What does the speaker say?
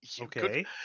Okay